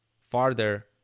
farther